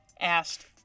asked